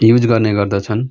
use गर्ने गर्दछन्